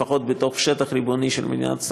לפחות בתוך השטח הריבוני של מדינת ישראל,